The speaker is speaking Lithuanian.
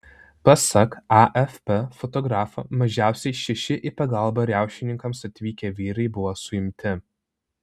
pasak afp fotografo mažiausiai šeši į pagalbą riaušininkams atvykę vyrai buvo suimti